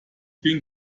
bin